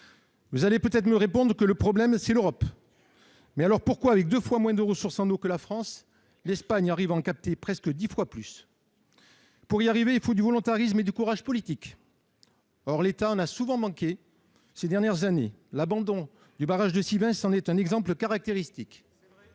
Vous me répondrez sans doute que le problème vient de l'Europe. Mais alors, pourquoi l'Espagne, qui a deux fois moins de ressources en eau que la France, parvient-elle à en capter presque dix fois plus ? Pour y arriver, il faut du volontarisme et du courage politique. Or l'État en a souvent manqué durant ces dernières années. L'abandon du barrage de Sivens en est un exemple caractéristique.